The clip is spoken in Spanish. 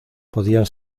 podían